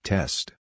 Test